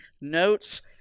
notes